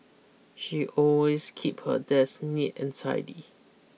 she always keep her desk neat and tidy